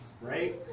right